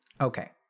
Okay